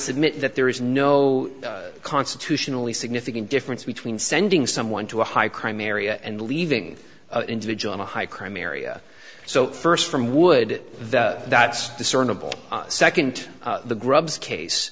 submit that there is no constitutionally significant difference between sending someone to a high crime area and leaving individual in a high crime area so first from would the that's discernible second the grub's case